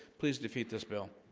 please defeat this bill